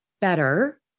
better